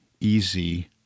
easy